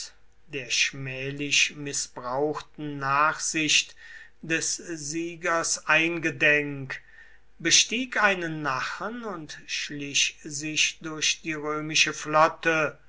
der schmählich mißbrauchten nachsicht des siegers eingedenk bestieg einen nachen und schlich sich durch die römische flotte